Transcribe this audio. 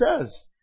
says